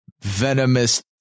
venomous